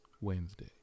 Wednesday